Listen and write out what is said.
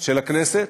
של הכנסת,